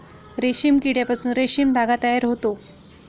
रेशीम किड्यापासून रेशीम धागा तयार होतो